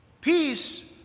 peace